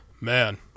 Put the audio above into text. Man